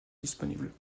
disponible